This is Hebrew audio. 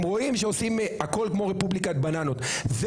הם רואים שעושים הכל כמו רפובליקת בננות,